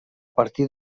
partir